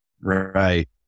Right